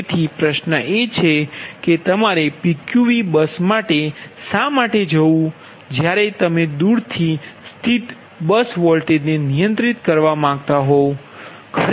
તેથી પ્રશ્ન એ છે કે તમારે PQV બસ માટે શા માટે જવુ જ્યારે તમે દૂરથી સ્થિત બસ વોલ્ટેજને નિયંત્રિત કરવા માંગતા હો ત્યારે